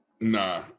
Nah